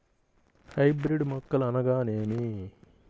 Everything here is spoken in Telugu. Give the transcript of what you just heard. హైబ్రిడ్ మొక్కలు అనగానేమి?